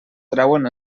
trauen